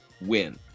win